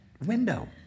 window